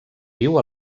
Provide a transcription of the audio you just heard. viu